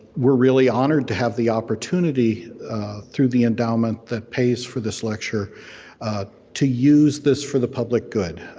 we're really honored to have the opportunity through the endowment that pays for this lecture to use this for the public good.